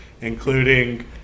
including